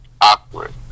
awkward